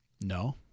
No